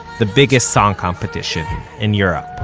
the biggest song competition in europe